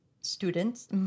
students